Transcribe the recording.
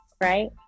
right